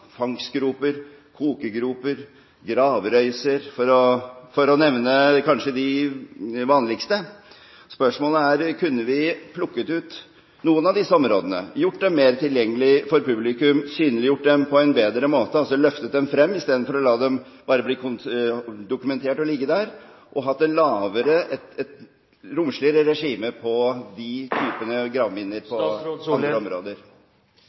fangstgroper, kokegroper og gravrøyser – for å nevne de kanskje vanligste. Spørsmålet er: Kunne vi plukket ut noen av disse områdene og gjort dem mer tilgjengelige for publikum, synliggjort dem på en bedre måte – altså løftet dem frem istedenfor at det bare blir dokumentert at de ligger der – og hatt et romsligere regime på de typene gravminner på andre områder?